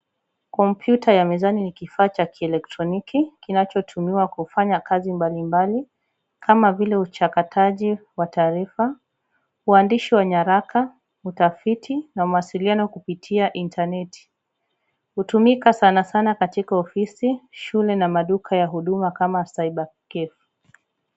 Kompyuta ya mezani ni kifaa cha kielektroniki kinachotumiwa kufanya kazi mbalimbali kama vile uchakataji wa taarifa, uhandishi wa nyaraka , utafiti na mawasiliano kupitia intaneti. Hutumika sana sana katika ofisi, shule na maduka ya huduma hutumika kama Cyber Cafe .